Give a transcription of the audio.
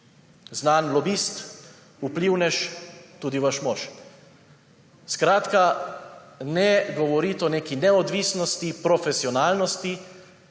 znan lobist, vplivnež, tudi vaš mož. Skratka ne govoriti o neki neodvisnosti, profesionalnosti,